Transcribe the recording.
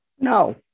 No